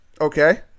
Okay